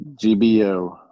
GBO